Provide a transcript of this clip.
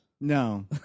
No